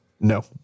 No